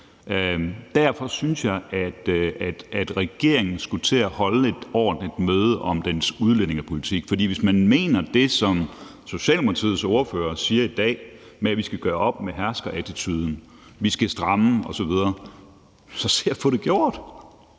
Derfor synes jeg, at regeringen skulle holde et ordentligt møde om dens udlændingepolitik, for hvis man mener det, som Socialdemokratiets ordfører siger i dag, om, at vi skal gøre op med herskerattituden, at vi skal stramme osv., så se at få det gjort!